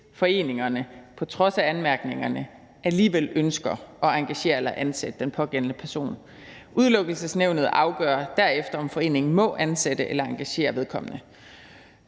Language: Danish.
foreningen på trods af anmærkningerne alligevel ønsker at engagere eller ansætte den pågældende person. Udelukkelsesnævnet afgør derefter, om foreningen må ansætte eller engagere vedkommende.